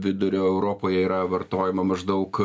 vidurio europoje yra vartojama maždaug